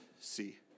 see